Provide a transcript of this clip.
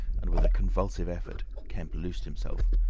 and with a convulsive effort, kemp loosed himself,